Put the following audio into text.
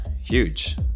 huge